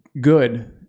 good